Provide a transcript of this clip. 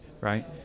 right